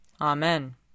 Amen